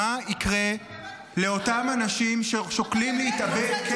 מה יקרה לאותם אנשים ששוקלים להתאבד,